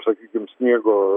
sakykim sniego